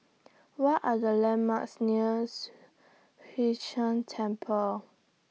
What Are The landmarks nears Hwee Chan Temple